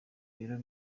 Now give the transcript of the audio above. ibiro